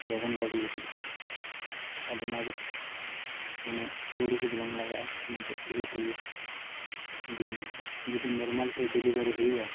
ᱞᱚᱜᱚᱱ ᱜᱟᱹᱰᱤ ᱦᱤᱡᱩᱜᱼᱟ ᱟᱫᱚ ᱚᱱᱟ ᱫᱚ ᱢᱟᱱᱮ ᱠᱟᱹᱣᱲᱤ ᱠᱚᱫᱚ ᱵᱟᱝ ᱞᱟᱜᱟᱜᱼᱟ ᱚᱱᱟ ᱫᱚ ᱯᱷᱨᱤ ᱛᱮᱜᱮ ᱤᱫᱤᱢᱮᱭᱟᱭ ᱡᱩᱫᱤ ᱱᱚᱨᱢᱟᱞᱛᱮ ᱰᱮᱞᱤᱵᱷᱟᱨᱤ ᱦᱩᱭᱩᱜᱼᱟ